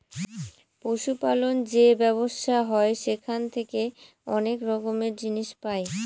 পশু পালন যে ব্যবসা হয় সেখান থেকে অনেক রকমের জিনিস পাই